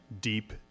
deep